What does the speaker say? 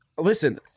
Listen